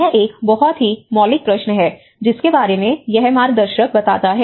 यह एक बहुत ही मौलिक प्रश्न है जिसके बारे में यह मार्गदर्शक बताता है